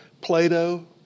Plato